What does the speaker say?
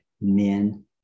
men